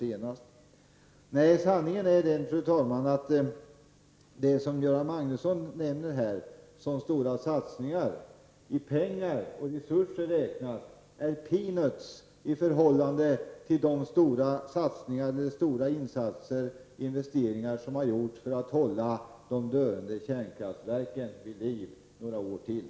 Nej, fru talman, sanningen är den att det som Göran Magnusson nämner här som stora satsningar i pengar och resurser räknat är peanuts i förhållande till de stora insatser och investeringar som har gjorts för att hålla de döende kärnkraftverken vid liv några år till.